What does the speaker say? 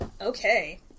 Okay